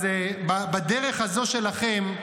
אז בדרך הזו שלכם,